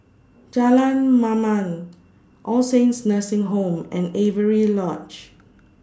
Jalan Mamam All Saints Nursing Home and Avery Lodge